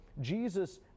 Jesus